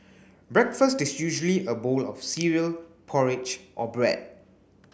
breakfast is usually a bowl of cereal porridge or bread